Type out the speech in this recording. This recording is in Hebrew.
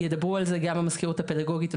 ידברו על זה המזכירות הפדגוגית,